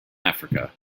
africa